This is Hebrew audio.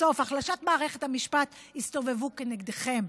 בסוף, החלשת מערכת בתי המשפט, יסתובבו כנגדכם.